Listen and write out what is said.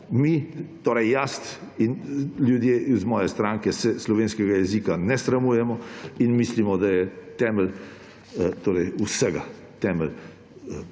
Mi, torej jaz in ljudje iz moje stranke, se slovenskega jezika ne sramujemo in mislimo, da je temelj vsega; temelj,